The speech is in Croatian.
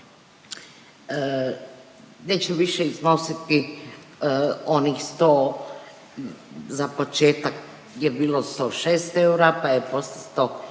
neće više iznositi onih 100 za početak je bilo 106 eura, pa je 120